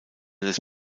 des